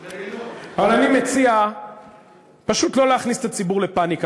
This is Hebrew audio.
אבל אני מציע פשוט לא להכניס את הציבור לפניקה,